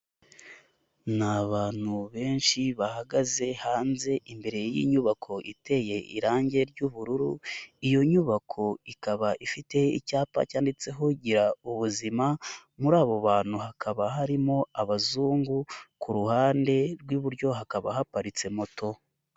Ni abantu benshi bahagaze hanze imbere y'inyubako iteye irangi ry'ubururu, iyo nyubako ikaba ifite icyapa cyanditseho Girubuzima, muri abo bantu hakaba harimo abazungu, ku ruhande rw'iburyo hakaba haparitse moto.